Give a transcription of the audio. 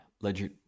ledger